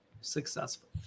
successful